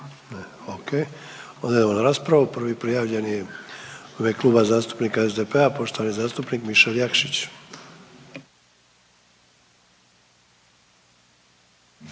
O.k. Onda idemo na raspravu. Prvi prijavljeni je u ime Kluba zastupnika SDP-a poštovani zastupnik Mišel Jakšić.